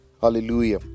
hallelujah